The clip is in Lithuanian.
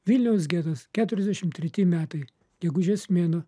viliaus getas keturiasdešim treti metai gegužės mėnuo